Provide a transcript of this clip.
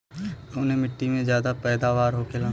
कवने मिट्टी में ज्यादा पैदावार होखेला?